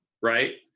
Right